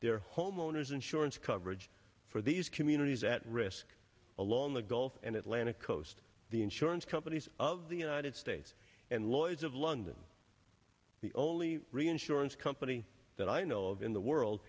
their homeowners insurance coverage for these communities at risk along the gulf and atlanta coast the insurance companies of the united states and lloyds of london the only reinsurance company that i know of in the world